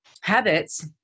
habits